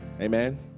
Amen